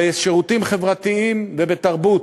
בשירותים חברתיים ובתרבות.